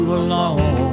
alone